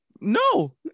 No